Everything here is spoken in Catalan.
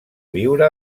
viure